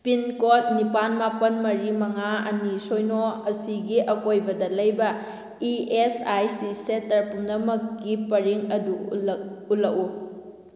pincode ꯅꯤꯄꯥꯜ ꯃꯥꯄꯜ ꯃꯔꯤ ꯃꯉꯥ ꯑꯅꯤ ꯁꯤꯅꯣ ꯑꯁꯤꯒꯤ ꯑꯀꯣꯏꯕꯗ ꯂꯩꯕ ꯏ ꯑꯦꯁ ꯑꯥꯏ ꯁꯤ ꯁꯦꯇꯔ ꯄꯨꯝꯅꯃꯛꯀꯤ ꯄꯔꯤꯡ ꯑꯗꯨ ꯎꯠꯂꯛꯎ